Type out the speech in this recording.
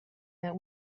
that